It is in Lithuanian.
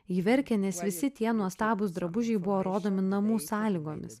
ji verkė nes visi tie nuostabūs drabužiai buvo rodomi namų sąlygomis